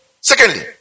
secondly